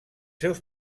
seus